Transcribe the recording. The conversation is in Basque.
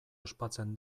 ospatzen